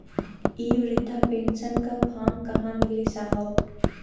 इ बृधा पेनसन का फर्म कहाँ मिली साहब?